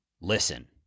listen